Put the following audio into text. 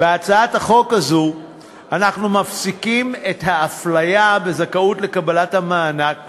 בהצעת החוק הזאת אנחנו מפסיקים את האפליה בזכאות לקבלת המענק